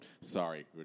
Sorry